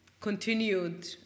continued